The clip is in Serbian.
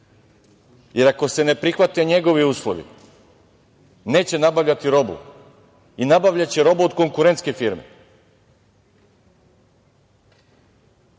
jer ako se ne prihvate njegovi uslovi neće nabavljati robu i nabavljaće robu od konkurentske firme.